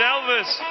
Elvis